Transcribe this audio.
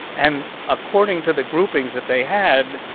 and according to the groupings that they had,